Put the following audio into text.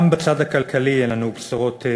גם בצד הכלכלי אין לנו בשורות,